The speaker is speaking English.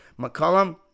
McCollum